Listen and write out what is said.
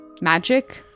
magic